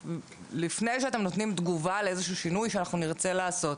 --- לפני שאתם נותנים תגובה לאיזה שינוי שאנחנו נרצה לעשות,